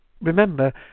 Remember